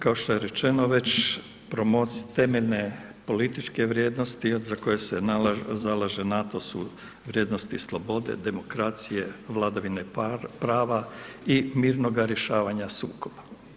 Kao što je rečeno već temeljne političke vrijednosti za koje se zalaže NATO, su vrijednosti slobode, demokracije, vladavine prava i mirnoga rješavanja sukoba.